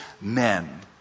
men